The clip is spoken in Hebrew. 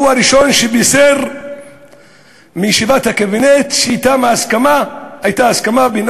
הוא הראשון שבישר בישיבת הקבינט שהייתה הסכמה בינו